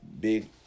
big